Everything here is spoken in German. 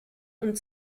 und